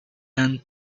and